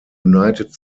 united